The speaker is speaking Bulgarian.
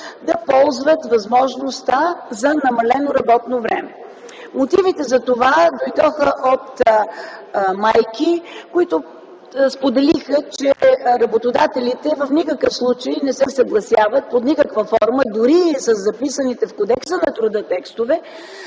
да ползват възможността за намалено работно време. Мотивите за това дойдоха от майки, които споделиха, че работодателите в никакъв случай не се съгласяват под никаква форма, дори и със записаните в Кодекса на труда текстове,